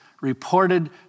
reported